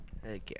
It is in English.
Okay